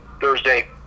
Thursday